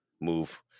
move